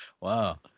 Wow